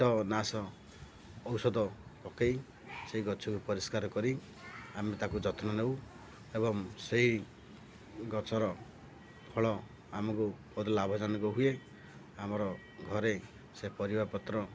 କୀଟ ନାଶ ଔଷଧ ପକେଇ ସେଇ ଗଛକୁ ପରିଷ୍କାର କରି ଆମେ ତାକୁ ଯତ୍ନ ନେଉ ଏବଂ ସେଇ ଗଛର ଫଳ ଆମକୁ ବହୁତ ଲାଭଜନକ ହୁଏ ଆମର ଘରେ ସେ ପରିବାପତ୍ର